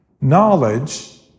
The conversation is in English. Knowledge